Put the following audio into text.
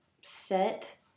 set